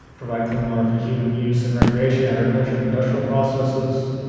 provide clean water for human use in recreation, agriculture, and industrial processes,